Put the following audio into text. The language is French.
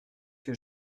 que